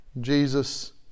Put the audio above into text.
Jesus